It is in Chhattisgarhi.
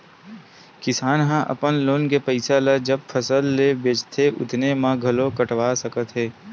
किसान ह अपन लोन के पइसा ल जब फसल ल बेचथे तउने म घलो कटवा सकत हे